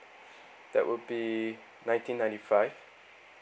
that would be nineteen ninety five